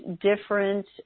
different